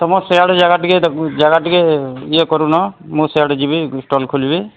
ତୁମର ସିଆଡ଼ୁ ଜାଗା ଟିକେ ଜାଗା ଟିକେ ଇଏ କରୁନ ମୁଁ ସିଆଡ଼େ ଯିବି ଷ୍ଟଲ୍ ଖୋଲିବି